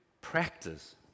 practice